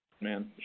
Man